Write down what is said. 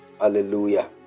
hallelujah